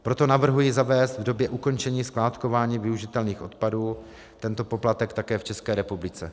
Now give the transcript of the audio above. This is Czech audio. Proto navrhuji zavést v době ukončení skládkování využitelných odpadů tento poplatek také v České republice.